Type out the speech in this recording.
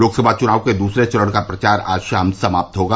लोकसभा चुनाव के दूसरे चरण का प्रचार आज शाम समाप्त होगा